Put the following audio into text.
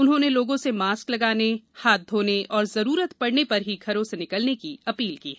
उन्होंने लोगों से मास्क लगाने और जरूरत पड़ने पर ही घरों से निकलने की अपील की है